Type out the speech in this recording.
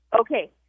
Okay